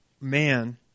man